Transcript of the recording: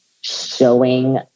showing